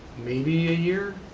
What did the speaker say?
maybe a year,